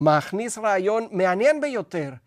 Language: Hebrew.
‫מכניס רעיון מעניין ביותר.